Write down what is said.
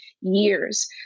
years